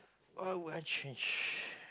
what will I change